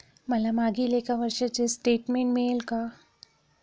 मला मागील एक वर्षाचे स्टेटमेंट मिळेल का?